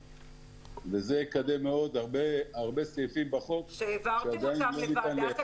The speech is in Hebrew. וזה יקדם הרבה סעיפים בחוק שעדיין לא ניתן ליישם.